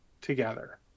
together